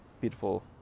beautiful